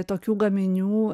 tokių gaminių